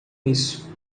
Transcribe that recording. isso